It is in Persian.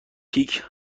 پیک